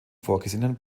vorgesehenen